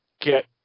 get